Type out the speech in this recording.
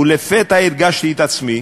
ולפתע הרגשתי את עצמי,